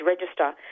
Register